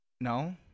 No